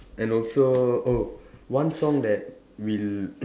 and also oh one song that will